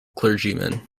clergymen